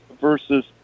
versus